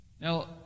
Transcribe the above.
Now